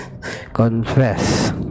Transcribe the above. confess